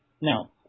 Now